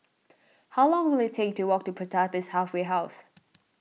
how long will it take to walk to Pertapis Halfway House